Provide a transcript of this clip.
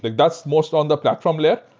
that's most on the platform layer.